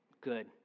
good